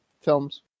films